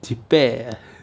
ji peh ah